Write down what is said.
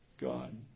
God